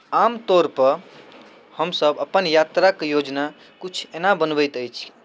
आमतौरपर हमसभ अपन यात्राके योजना किछु एना बनबैत अछि